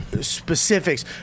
specifics